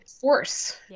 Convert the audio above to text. force